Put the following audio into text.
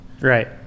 Right